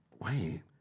wait